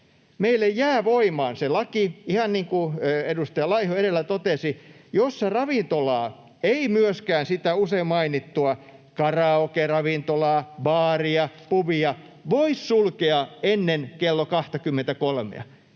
meille jää voimaan se laki, ihan niin kuin edustaja Laiho edellä totesi, jossa ravintolaa ei — ei myöskään sitä usein mainittua karaokeravintolaa, baaria, pubia — voi sulkea ennen kello 23:a